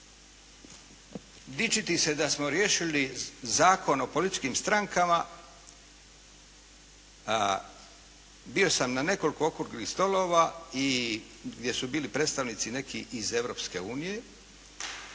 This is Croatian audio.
Dičiti se da smo riješili Zakon o političkim strankama bio sam na nekoliko okruglih stolova gdje su bili predstavnici neki iz Europske unije,